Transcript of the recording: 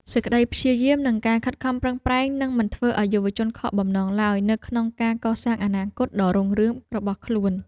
សេចក្តីព្យាយាមនិងការខិតខំប្រឹងប្រែងនឹងមិនធ្វើឱ្យយុវជនខកបំណងឡើយនៅក្នុងការកសាងអនាគតដ៏រុងរឿងរបស់ខ្លួន។